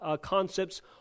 concepts